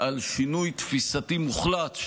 על שינוי תפיסתי מוחלט,